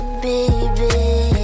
baby